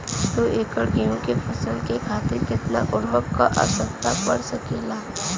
दो एकड़ गेहूँ के फसल के खातीर कितना उर्वरक क आवश्यकता पड़ सकेल?